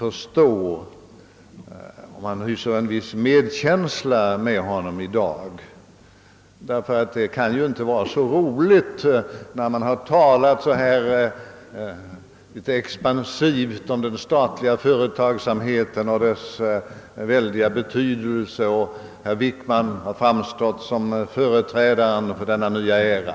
Jag hyser en viss medkänsla med honom i dag, ty det kan inte vara roligt att möta dagens tunga kritik när man tidigare talat så expansivt om den statliga industriella företagsamheten och dess stora betydelse. Herr Wickman har ju framstått som företrädare för en ny era.